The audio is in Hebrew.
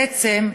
בעצם,